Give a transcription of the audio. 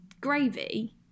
gravy